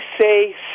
say